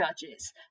Judges